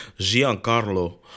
Giancarlo